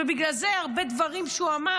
ובגלל זה הרבה דברים שהוא אמר,